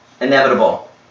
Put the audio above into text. inevitable